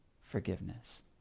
forgiveness